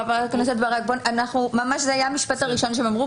חברת הכנסת ברק, זה היה המשפט הראשון שאמרו.